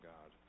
God